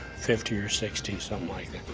fifty or sixty, something like